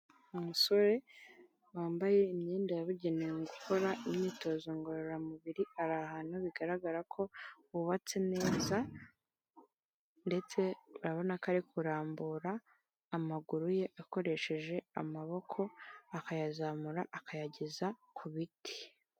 Umusore wambaye imyenda yabugenewe mu gukora imyitozo ngororamubiri, ari ahantu bigaragara ko hubatse neza ndetse urabona ko ari kurambura amaguru ye akoresheje amaboko akayazamura akayageza ku biti.